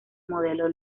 modelo